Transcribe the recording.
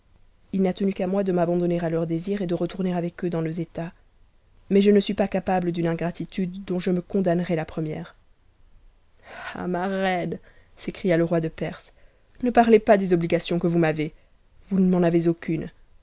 il a tenu qu'a moi de m'abandonner à leurs désirs et de retourner avec eux dans nos états mais je ne suis pas capable d'une ingratitude dont je me condamnerais la première ah ma reine s'écria le roi de perse ne t'iezpas des obligations que vous m'avez vous ne m'en avez aucune